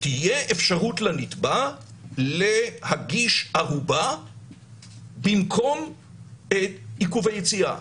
תהיה אפשרות לנתבע להגיש ערובה במקום עיכוב היציאה.